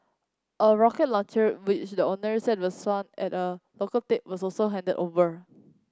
a rocket launcher which the owner said at a local tip was also handed over